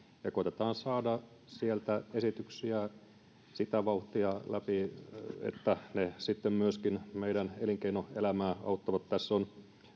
ja koetetaan saada sieltä esityksiä sitä vauhtia läpi että ne sitten myöskin meidän elinkeinoelämää auttavat tässä on